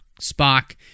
Spock